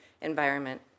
environment